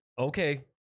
Okay